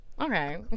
okay